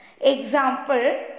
Example